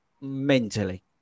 mentally